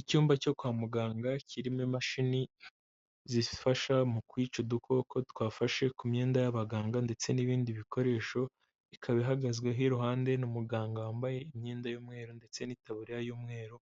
Icyumba cyo kwa muganga kirimo imashini, zifasha mu kwica udukoko twafashe ku myenda y'abaganga ndetse n'ibindi bikoresho, ikaba ihagazweho iruhande n'umuganga wambaye imyenda y'umweru ndetse n'itaburiya y'umweru,